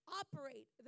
operate